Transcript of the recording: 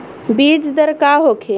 बीजदर का होखे?